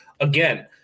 again